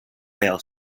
rail